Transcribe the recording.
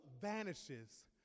vanishes